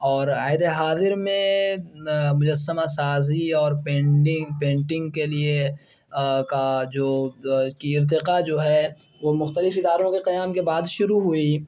اور عہد حاضر میں مجسمہ سازی اور پینڈنگ پینٹنگ کے لیے کا جو کی ارتقاء جو ہے وہ مختلف اداروں کے قیام کے بعد شروع ہوئی